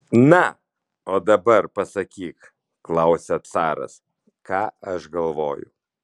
na o dabar pasakyk klausia caras ką aš galvoju